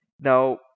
Now